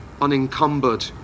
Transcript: unencumbered